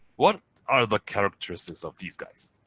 what are the characteristics of these guys?